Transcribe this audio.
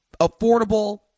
affordable